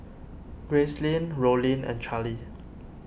Gracelyn Rollin and Charlee